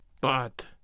But